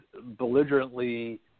belligerently